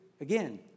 again